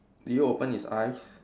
did it open his eyes